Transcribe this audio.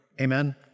Amen